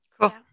Cool